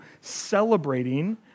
celebrating